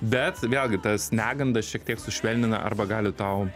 bet vėlgi tas negandas šiek tiek sušvelnina arba gali tau